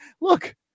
Look